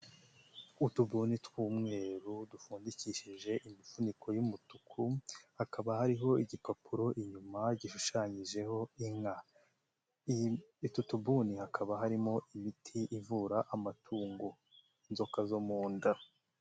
Utubuni tw'umweru dupfundikishije imifuniko y'umutuku, hakaba hariho igikapuro inyuma gishushanyijeho inka. Utu tubuni hakaba harimo imiti ivura amatungo, inzoka zo mu nda.